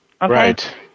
Right